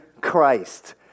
Christ